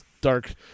dark